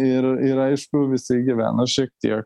ir ir aišku visi gyvena šiek tiek